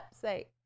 say